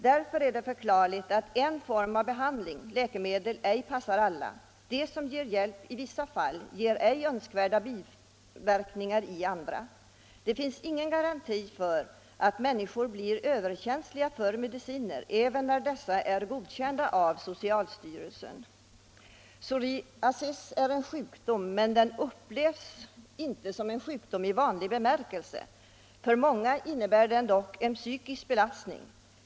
Därför är det förklarligt 123 att en form av behandling — läkemedel — ej passar alla. Det som ger hjälp i vissa fall ger ej önskvärda biverkningar i andra. Det finns ingen garanti mot att människor blir överkänsliga för mediciner även om dessa är godkända av socialstyrelsen. Psoriasis är en sjukdom, men den upplevs inte som en sjukdom i vanlig bemärkelse. För många innebär den även en psykisk belastning.